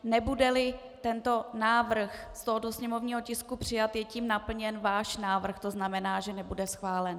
Nebudeli tento návrh z tohoto sněmovního tisku přijat, je tím naplněn váš návrh, tzn. že nebude schválen.